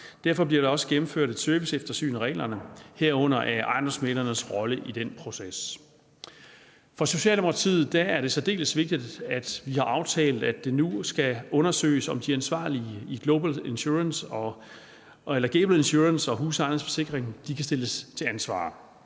Derfor bliver der også gennemført et serviceeftersyn af reglerne, herunder af ejendomsmæglernes rolle i den proces. For Socialdemokratiet er det særdeles vigtigt, at vi har aftalt, at det nu skal undersøges, om de ansvarlige i Gable Insurance og Husejernes Forsikring kan stilles til ansvar.